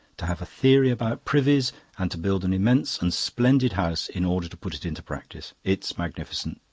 to have a theory about privies and to build an immense and splendid house in order to put it into practise it's magnificent,